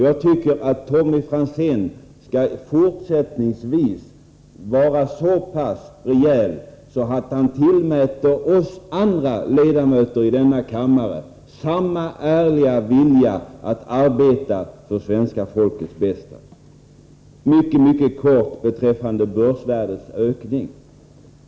Jag tycker att Tommy Franzén fortsättningsvis skall vara så pass rejäl att han tillmäter oss andra ledamöter i denna kammare samma ärliga vilja att arbeta för svenska folkets bästa. Mycket kort beträffande börsvärdets ökning.